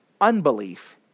unbelief